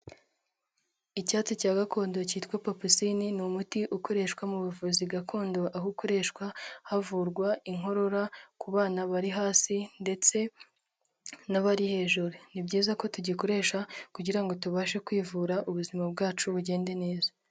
Icyatsi cya gakondo cyitwa papusine, ni umuti ukoreshwa mu buvuzi gakondo, aho ukoreshwa havurwa inkorora ku bana bari hasi ndetse n'abari hejuru. Ni byiza ko tugikoresha kugira ngo tubashe kwivura ubuzima bwacu bugende neza.